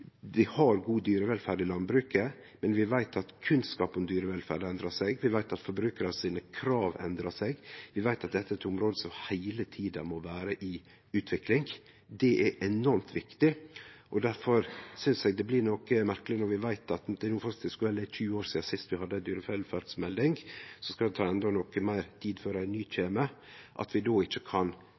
Vi har god dyrevelferd i landbruket, men vi veit at kunnskap om dyrevelferd endrar seg. Vi veit at krava til forbrukarane endrar seg. Vi veit at dette er eit område som heile tida må vere i utvikling. Det er enormt viktig. Difor synest eg det blir noko merkeleg – når vi veit at det no faktisk er 20 år sidan sist vi hadde ei dyrevelferdsmelding, og så skal det ta endå meir tid før ei ny kjem – at vi då ikkje kan